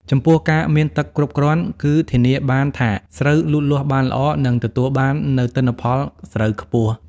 ចំពោះ ការមានទឹកគ្រប់គ្រាន់គឺ ធានាបានថាស្រូវលូតលាស់បានល្អ និងទទួលបាននូវទិន្នផលស្រូវខ្ពស់។